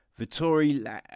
Vittori